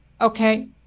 Okay